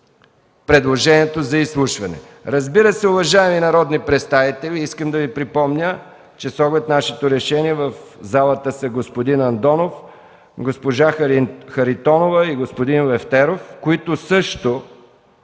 предложението за изслушване. Уважаеми народни представители, искам да Ви припомня, че с оглед на нашето решение в залата са господин Андонов, госпожа Харитонова и господин Лефтеров, които също